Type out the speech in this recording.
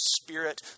spirit